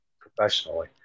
professionally